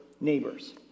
neighbor's